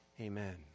Amen